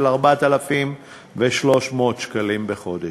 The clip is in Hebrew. של 4,300 שקלים בחודש,